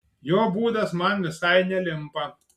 jo būdas man visai nelimpa